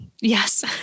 yes